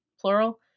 Plural